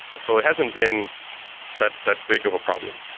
so it hasn't been that that big of a problem.